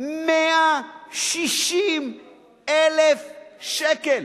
160,000 שקל,